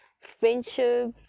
Friendship